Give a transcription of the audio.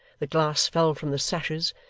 the glass fell from the sashes,